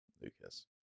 lucas